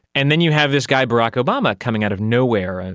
and then you have this guy barack obama coming out of nowhere, and